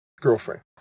girlfriend